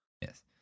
Yes